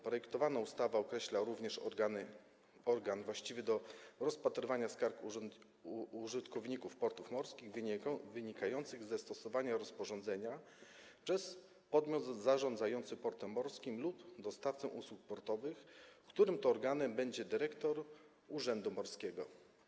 Projektowana ustawa określa również organ właściwy do rozpatrywania skarg użytkowników portów morskich wynikających ze stosowania rozporządzenia przez podmiot zarządzający portem morskim lub dostawcę usług portowych, którym to organem będzie dyrektor urzędu morskiego.